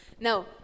Now